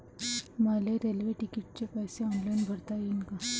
मले रेल्वे तिकिटाचे पैसे ऑनलाईन भरता येईन का?